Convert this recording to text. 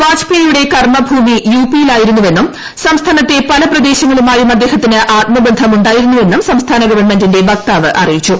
വാജ്പേയിയുടെ കർമ്മഭൂമി യുപിയിൽ ആയിരുന്നുവെന്നും സംസ്ഥാനത്തെ പല പ്രദേശങ്ങളുമായും അദ്ദേഹത്തിന് ആത്മബന്ധം ഉണ്ടായിരുന്നെന്നും സംസ്ഥാന ഗവൺമെന്റിന്റെ വക്താവ് അറിയിച്ചു